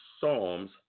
Psalms